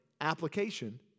application